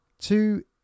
Two